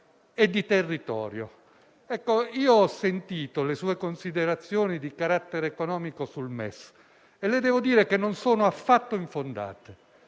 e di territorio. Ho sentito le sue considerazioni di carattere economico sul MES e le devo dire che non sono affatto infondate,